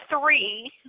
three